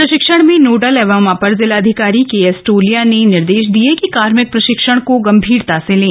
प्रशिक्षण में नोडल एवं अपर जिलाधिकारी के एस टोलिया ने निर्देश दिये कि कार्मिक प्रशिक्षण को गंभीरता से लें